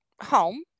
home